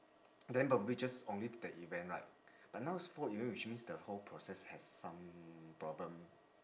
then probably just omit the event right but now is four event which means the whole process has some problem